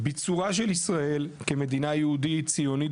ביצורה של ישראל כמדינה יהודית-ציונית